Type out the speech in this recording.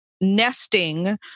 nesting